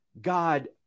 God